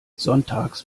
sonntags